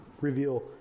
reveal